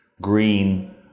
green